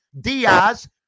Diaz